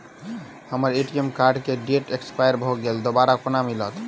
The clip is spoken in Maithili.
हम्मर ए.टी.एम कार्ड केँ डेट एक्सपायर भऽ गेल दोबारा कोना मिलत?